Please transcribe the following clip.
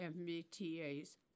MBTA's